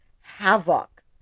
havoc